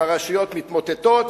הרשויות מתמוטטות,